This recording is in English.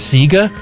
Sega